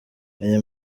aya